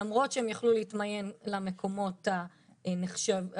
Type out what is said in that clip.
למרות שהם יכלו להתמיין למקומות הנחשבים,